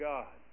God